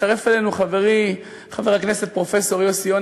הצטרף אלינו חברי חבר הכנסת פרופסור יוסי יונה,